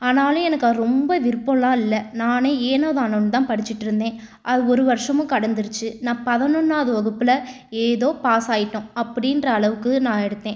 ஆனாலும் எனக்கு ரொம்ப விருப்போலாம் இல்லை நானே ஏனோ தானோனு தான் படிச்சுட்டுருந்தேன் அது ஒரு வருஷமும் கடந்துடுச்சு நான் பதினொன்றாவது வகுப்பில் ஏதோ பாஸ் ஆயிட்டோம் அப்படின்ற அளவுக்கு நான் எடுத்தேன்